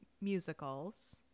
musicals